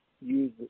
use